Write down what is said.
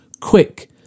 quick